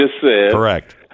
Correct